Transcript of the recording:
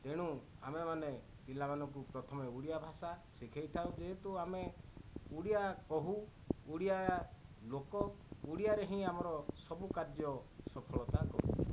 ତେଣୁ ଆମେମାନେ ପିଲାମାନଙ୍କୁ ପ୍ରଥମେ ଓଡ଼ିଆ ଭାଷା ଶିଖାଇଥାଉ ଯେହେତୁ ଆମେ ଓଡ଼ିଆ କହୁ ଓଡ଼ିଆ ଲୋକ ଓଡ଼ିଆରେ ହିଁ ଆମର ସବୁ କାର୍ଯ୍ୟ ସଫଳତା କରୁଛୁ